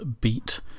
beat